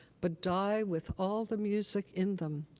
but die with all the music in them.